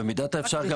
במידת האפשר,